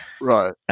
Right